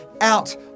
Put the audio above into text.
out